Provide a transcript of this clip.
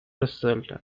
result